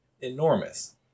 Enormous